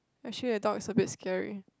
actually the dog is a bit scary